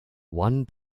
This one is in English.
one